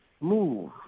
move